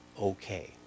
okay